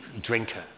drinker